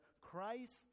christ